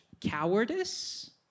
cowardice